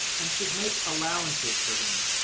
and should make allowances for him.